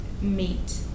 meet